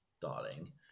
Darling